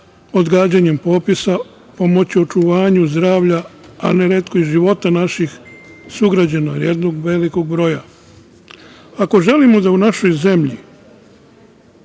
odgađanjem popisa pomoći očuvanju zdravlja, a ne retko i života naših sugrađana, jednog velikog broja. Ako želimo da u našoj zemlji